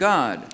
God